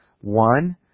One